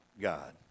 God